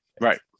right